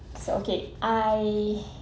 so okay I